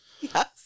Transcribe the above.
Yes